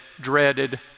dreaded